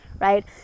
right